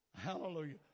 Hallelujah